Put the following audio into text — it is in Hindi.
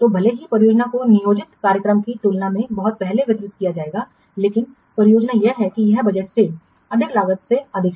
तो भले ही परियोजना को नियोजित कार्यक्रम की तुलना में बहुत पहले वितरित किया जाएगा लेकिन परियोजना क्या है यह बजट से अधिक लागत से अधिक है